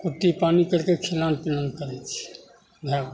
कुट्टी पानी करिके खिलान पिलान करै छिए भै गेल